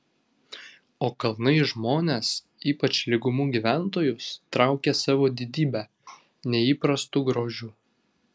o kalnai žmones ypač lygumų gyventojus traukia savo didybe neįprastu grožiu